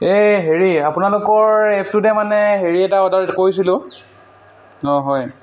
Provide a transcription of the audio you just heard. এই হেৰি আপোনালোকৰ এপটোতে মানে হেৰি এটা অৰ্ডাৰ কৰিছিলোঁ অঁ হয়